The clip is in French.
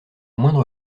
moindre